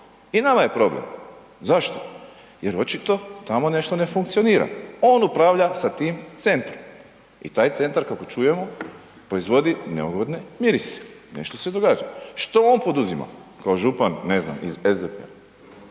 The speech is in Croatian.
I nama je problem, zašto? Jer očito tamo nešto ne funkcionira. On upravlja sa tim centrom i taj centar kako čujemo proizvodi neugodne mirise, nešto se događa. Što on poduzima kao župan, ne znam iz SDP-a?